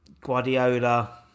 Guardiola